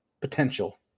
potential